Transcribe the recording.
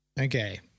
Okay